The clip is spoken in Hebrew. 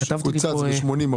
לגבי תקציב מיגון הצפון?